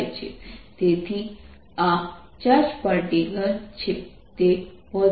તેથી આ charge particle છે